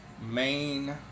main